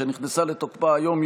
שנכנסה לתוקפה היום,